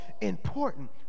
important